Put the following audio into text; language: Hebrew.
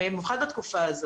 במיוחד בתקופה הזו.